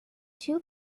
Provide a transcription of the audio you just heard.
two